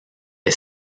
est